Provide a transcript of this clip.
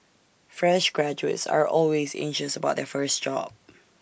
fresh graduates are always anxious about their first job